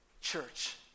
Church